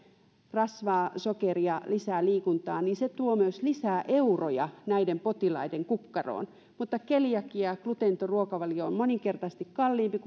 rasvaa sokeria lisätään liikuntaa niin se tuo myös lisää euroja näiden potilaiden kukkaroon mutta keliakia ja gluteeniton ruokavalio on moninkertaisesti kalliimpi